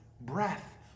breath